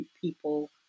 people